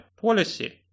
policy